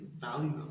value